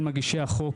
מזעזע,